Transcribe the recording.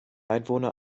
einwohner